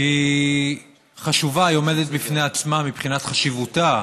שהיא חשובה, היא עומדת בפני עצמה מבחינת חשיבותה,